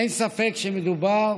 אין ספק שמדובר